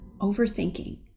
overthinking